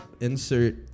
insert